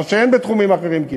מה שכמעט אין בתחומים אחרים.